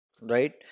right